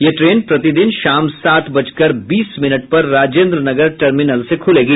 यह ट्रेन प्रतिदिन शाम सात बजकर बीस मिनट पर राजेंद्रनगर टर्मिनल से खुलेगी